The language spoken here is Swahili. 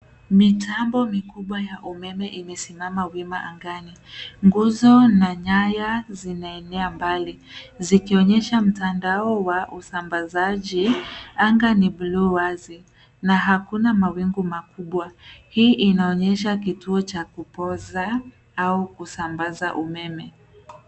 Mitambo mikubwa ya umeme imesimama wima angani. Nguzo na nyaya zinaenea mbali, zikionyesha mtandao wa usambazaji. Anga ni buluu wazi na hakuna mawingu makubwa. Hii inaonyesha kituo cha kupoza au kusambaza umeme.